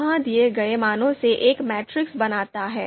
यह दिए गए मानों से एक मैट्रिक्स बनाता है